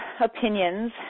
opinions